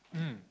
mm